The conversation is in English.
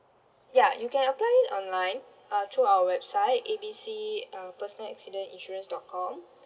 ya you can apply it online uh through our website A B C uh personal accident insurance dot com